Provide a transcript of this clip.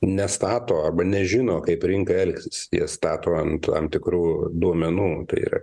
nestato arba nežino kaip rinka elgsis jie stato ant tam tikrų duomenų tai yra